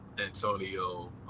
Antonio